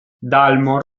dalmor